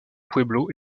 pueblo